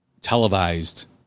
televised